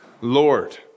Lord